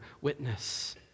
witness